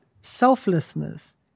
selflessness